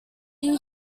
year